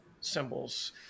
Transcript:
symbols